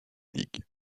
ligue